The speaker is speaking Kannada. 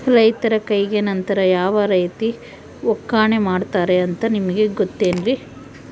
ರೈತರ ಕೈಗೆ ನಂತರ ಯಾವ ರೇತಿ ಒಕ್ಕಣೆ ಮಾಡ್ತಾರೆ ಅಂತ ನಿಮಗೆ ಗೊತ್ತೇನ್ರಿ?